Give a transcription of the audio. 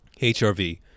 HRV